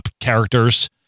characters